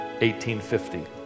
1850